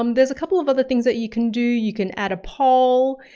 um there's a couple of other things that you can do. you can add a poll,